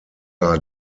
are